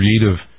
creative